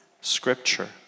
Scripture